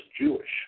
Jewish